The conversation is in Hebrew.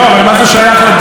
לא, אבל מה זה שייך לדיון.